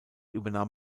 übernahm